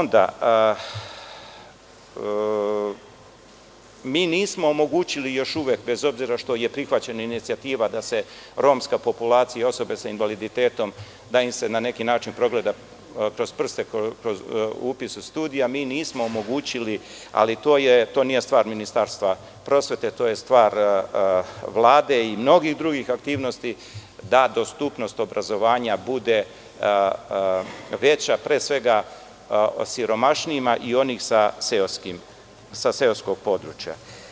Nismo omogućili još uvek, bez obzira što je prihvaćena inicijativa, da se romska populacija i osobe sa invaliditetom, da im se na neki način progleda kroz prste upis u studije, a mi nismo omogućili, ali to nije stvar Ministarstva prosvete, to je stvar Vlade i mnogih drugih aktivnosti, da dostupnost obrazovanja bude veća, pre svega, siromašnijima i onih sa seoskog područja.